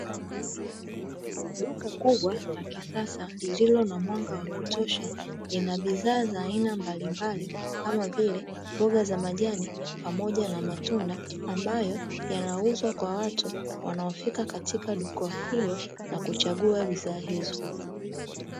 Duka kubwa la kisasa lililo na mwanga wa kutosha lina bidhaa za aina mbalimbali kama vile mboga za majani pamoja na matunda. Ambayo yanauzwa kwa watu wanaofika katika duka hilo, na kuchagua bidhaa hizo.